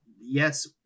yes